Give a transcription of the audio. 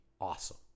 awesome